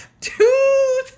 two